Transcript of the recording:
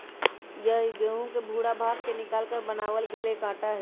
यह गेहूं के भूरा भाग के निकालकर बनावल गैल एक आटा हई